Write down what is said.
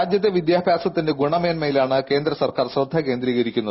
രാജ്യത്തെ വിദ്യാഭ്യാസത്തിന്റെ ഗുണമേന്മയിലാണ് കേന്ദ്ര സർക്കാർ ശ്രദ്ധ കേന്ദ്രീകരിച്ചിരിക്കുന്നത്